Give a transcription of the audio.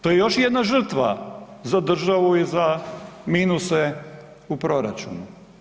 To je još jedna žrtva za državu i za minuse u proračunu.